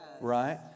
Right